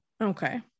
okay